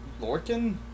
Lorkin